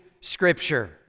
Scripture